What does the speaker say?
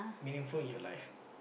meaningful in your life